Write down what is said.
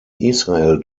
israel